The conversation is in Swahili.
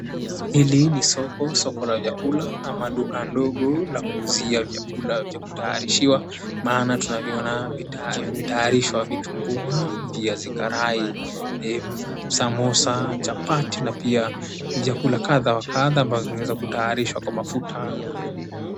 Hili ni soko, soko la vyakula ama duka ndogo la kuuzia vyakula vya kutayarishiwa. Maana tunavyoona vimetayarishwa vitumbua, viazi karai, samosa, chapati na pia vyakula kadha wa kadha ambavyo vimeweza kutayarishwa kwa mafuta.